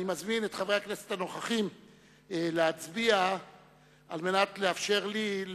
אני מזמין את חברי הכנסת הנוכחים להצביע על מנת לאפשר לי,